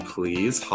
Please